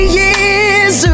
years